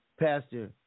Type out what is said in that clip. Pastor